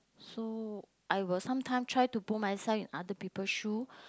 so I will sometime try to put myself in other people shoe